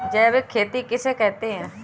जैविक खेती किसे कहते हैं?